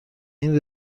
این